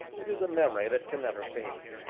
it is a memory that can never fade.